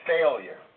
failure